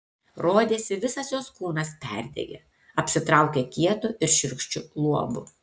rodėsi visas jos kūnas perdegė apsitraukė kietu ir šiurkščiu luobu